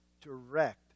direct